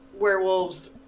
werewolves